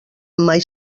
mai